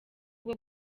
bwo